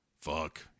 fuck